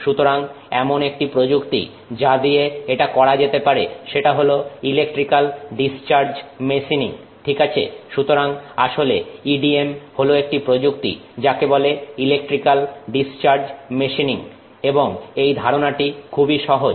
সুতরাং এমন একটা প্রযুক্তি যা দিয়ে এটা করা যেতে পারে সেটা হল ইলেকট্রিক্যাল ডিসচার্জ মেশিনিং ঠিক আছে সুতরাং আসলে EDM হল একটি প্রযুক্তি যাকে বলে ইলেকট্রিক্যাল ডিসচার্জ মেশিনিং এবং এই ধারনাটি খুবই সহজ